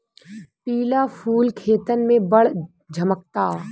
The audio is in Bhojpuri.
पिला फूल खेतन में बड़ झम्कता